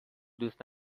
دوست